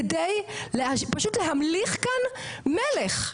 כדי פשוט להמליך כאן מלך,